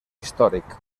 històric